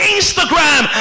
Instagram